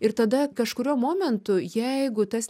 ir tada kažkuriuo momentu jeigu tas